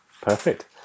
perfect